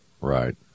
Right